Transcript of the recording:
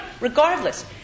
Regardless